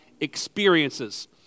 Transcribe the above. experiences